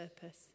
purpose